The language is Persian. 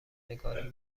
نگاهی